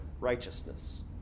righteousness